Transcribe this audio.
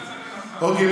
אוקיי.